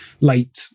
late